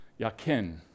Ya'kin